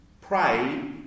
pray